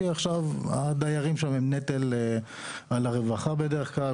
כי אז הדיירים הם נטל על הרווחה בדרך כלל,